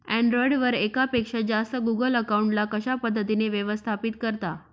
Android वर एकापेक्षा जास्त गुगल अकाउंट ला कशा पद्धतीने व्यवस्थापित करता?